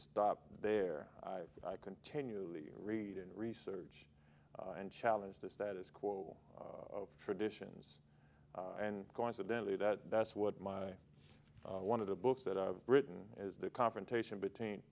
stop there i continually read and research and challenge the status quo of traditions and coincidentally that that's what my one of the books that i've written is the confrontation between